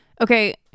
okay